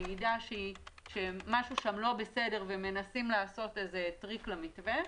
שמעידה שמשהו שם לא בסדר ומנסים לעשות איזה טריק למתווה,